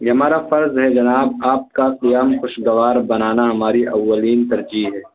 یہ ہمارا فرض ہے جناب آپ کا قیام خوشگوار بنانا ہماری اولین ترجیح ہے